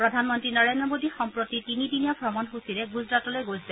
প্ৰধানমন্ত্ৰী নৰেন্দ্ৰ মোদী সম্প্ৰতি তিনিদিনীয়া ভ্ৰমণসূচীৰে গুজৰাটলৈ গৈছে